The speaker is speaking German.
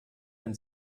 wenn